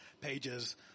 pages